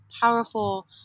powerful